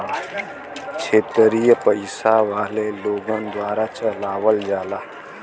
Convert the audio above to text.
क्षेत्रिय पइसा वाले लोगन द्वारा चलावल जाला